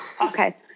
Okay